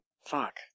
Fuck